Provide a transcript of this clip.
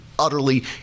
utterly